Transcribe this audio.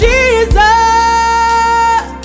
Jesus